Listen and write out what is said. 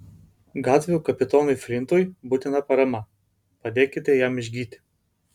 gatvių kapitonui flintui būtina parama padėkite jam išgyti